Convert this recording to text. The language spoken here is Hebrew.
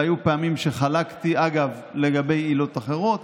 היו פעמים שחלקתי, אגב, לגבי עילות אחרות,